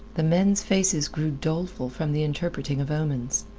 the men's faces grew doleful from the interpreting of omens.